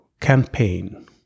campaign